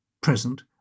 present